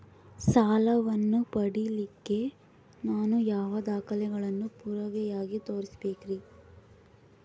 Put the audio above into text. ಸಾಲವನ್ನು ಪಡಿಲಿಕ್ಕೆ ನಾನು ಯಾವ ದಾಖಲೆಗಳನ್ನು ಪುರಾವೆಯಾಗಿ ತೋರಿಸಬೇಕ್ರಿ?